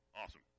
Awesome